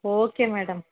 okay madam